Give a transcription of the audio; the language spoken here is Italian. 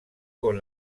con